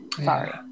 Sorry